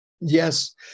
Yes